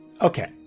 Okay